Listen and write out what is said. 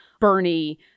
Bernie